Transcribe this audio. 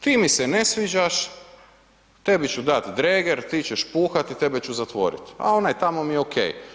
Ti mi se ne sviđaš, tebi ću dat dreger, ti ćeš puhat i tebe ću zatvorit a onaj tamo mi je ok.